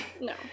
No